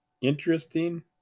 interesting